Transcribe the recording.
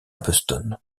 boston